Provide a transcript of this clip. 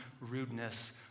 rudeness